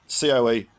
COE